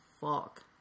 fuck